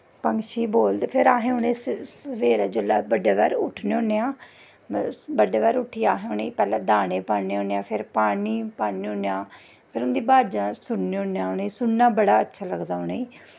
पंक्षी बोलदे फिर अस उ'नें गी सवेरै बड्डै पैह्र जिसलै उट्ठने होन्ने आं बड्डलै उट्ठियै पैह्लै अस उ'नें गी दानें पान्ने होन्ने आं फिर पानी पान्ने होन्ने आं फिर उं'दी अवाजां सुनने होन्ने सुनना बड़ा अच्छा लगदा उ'नें गी